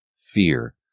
Fear